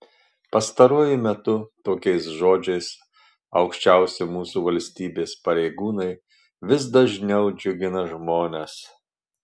pastaruoju metu tokiais žodžiais aukščiausi mūsų valstybės pareigūnai vis dažniau džiugina žmones